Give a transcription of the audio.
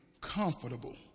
comfortable